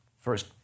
first